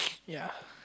ya